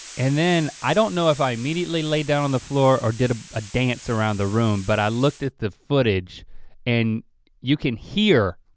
and then i don't know if i immediately laid down on the floor or did a ah dance around the room, but i looked at the footage and you could hear,